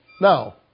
Now